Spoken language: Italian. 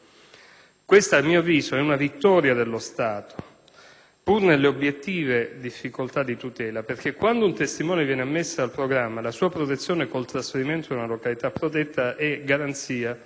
Questa, a mio avviso, è una vittoria dello Stato pur nelle obiettive difficoltà di tutela, perché quando un testimone viene ammesso al programma, la sua protezione, con trasferimento in una località protetta è garantita